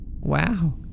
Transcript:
Wow